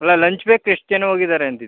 ಅಲ್ಲ lunch break ಎಷ್ಟು ಜನ ಹೋಗಿದ್ದಾರೆ ಅಂದಿದ್ದು